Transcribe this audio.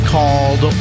Called